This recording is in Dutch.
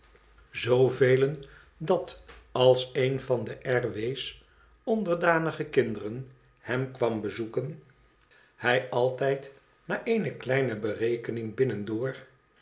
dat als een van r w's onderdanige kinderen hem kwam bezoeken hij altijd na eene kleine berekening